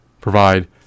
provide